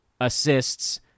assists